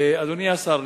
אדוני השר,